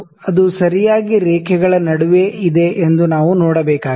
ಅದು ಸರಿಯಾಗಿ ರೇಖೆಗಳ ನಡುವೆ ಇದೆ ಎಂದು ನಾವು ನೋಡಬೇಕಾಗಿದೆ